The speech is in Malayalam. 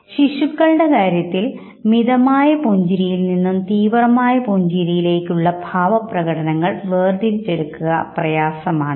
ശിശുക്കളുടെ കാര്യത്തിൽ മിതമായ പുഞ്ചിരിയിൽ നിന്നും തീവ്രമായ പുഞ്ചിരിയിലേക്കുള്ള ഭാവപ്രകടനങ്ങൾ വേർതിരിച്ചെടുക്കുക പ്രയാസമാണ്